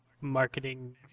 marketing